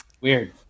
Weird